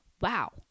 wow